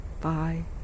Bye